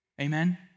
amen